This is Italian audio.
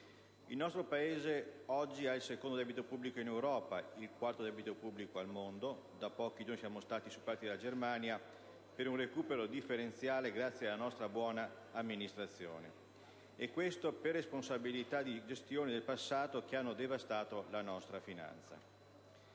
Il nostro Paese oggi ha il secondo debito pubblico in Europa, il quarto debito pubblico al mondo (da pochi giorni siamo stati superati dalla Germania) per un recupero differenziale grazie alla nostra buona amministrazione, e questo per responsabilità di gestioni del passato che hanno devastato la nostra finanza.